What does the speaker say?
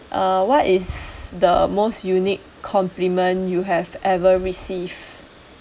uh what is the most unique compliment you have ever received